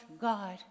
God